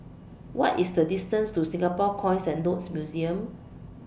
What IS The distance to Singapore Coins and Notes Museum